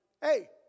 hey